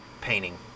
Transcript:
painting